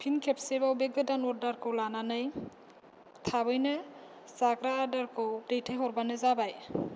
फिन खेबसेबाव बे गोदान अरदारखौ लानानै थाबैनो जाग्रा आदारखौ दैथायहरबानो जाबाय